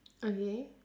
okay